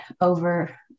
over